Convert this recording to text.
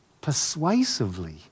persuasively